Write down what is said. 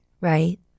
Right